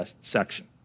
section